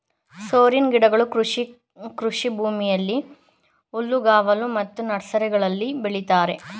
ಸೋರೆನ್ ಗಿಡಗಳು ಕೃಷಿ ಕೃಷಿಭೂಮಿಯಲ್ಲಿ, ಹುಲ್ಲುಗಾವಲು ಮತ್ತು ನರ್ಸರಿಗಳಲ್ಲಿ ಬೆಳಿತರೆ